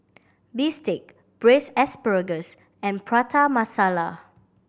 bistake Braised Asparagus and Prata Masala